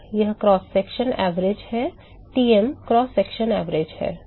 हाँ यह cross sectional औसत है Tm क्रॉस सेक्शनल औसत है